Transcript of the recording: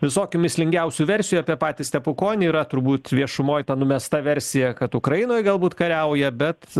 visokių mįslingiausių versijų apie patį stepukonį yra turbūt viešumoje ta numesta versija kad ukrainoj galbūt kariauja bet